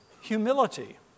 Humility